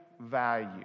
value